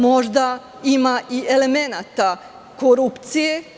Možda ima i elemenata korupcije.